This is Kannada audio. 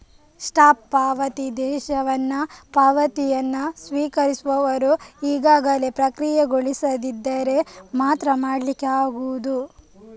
ಸ್ಟಾಪ್ ಪಾವತಿ ಆದೇಶವನ್ನ ಪಾವತಿಯನ್ನ ಸ್ವೀಕರಿಸುವವರು ಈಗಾಗಲೇ ಪ್ರಕ್ರಿಯೆಗೊಳಿಸದಿದ್ದರೆ ಮಾತ್ರ ಮಾಡ್ಲಿಕ್ಕೆ ಆಗುದು